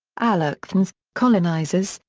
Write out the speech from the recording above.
allochthons, colonizers,